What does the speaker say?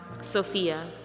Sophia